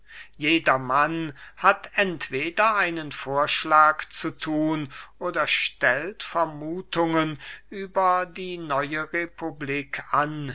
jedermann hat entweder einen vorschlag zu thun oder stellt vermuthungen über die neue republik an